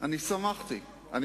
לשעבר ובעתיד, השר לקליטת עלייה.